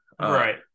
Right